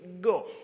go